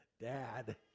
Dad